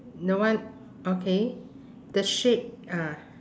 the one okay the shape uh